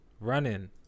running